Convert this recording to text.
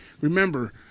Remember